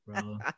bro